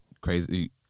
crazy